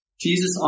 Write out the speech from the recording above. Jesus